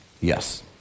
Yes